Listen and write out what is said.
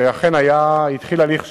ואכן התחיל הליך שימוע.